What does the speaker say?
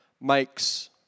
makes